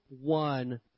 one